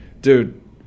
Dude